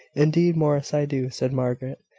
indeed, morris, i do, said margaret.